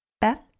Beth